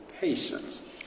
patience